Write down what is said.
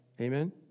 Amen